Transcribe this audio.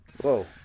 Whoa